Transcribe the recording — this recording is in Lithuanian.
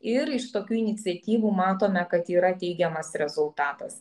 ir iš tokių iniciatyvų matome kad yra teigiamas rezultatas